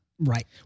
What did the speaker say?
right